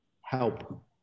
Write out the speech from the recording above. Help